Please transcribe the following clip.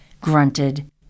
grunted